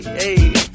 hey